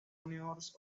juniors